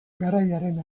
garaiaren